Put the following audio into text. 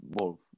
more